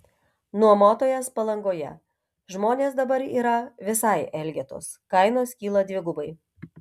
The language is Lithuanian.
nuomotojas palangoje žmonės dabar yra visai elgetos kainos kyla dvigubai